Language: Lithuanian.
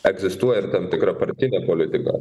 egzistuoja ir tam tikra partinė politika